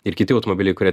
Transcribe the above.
ir kiti automobiliai kurie